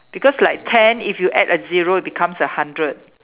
because like ten if you add a zero it becomes a hundred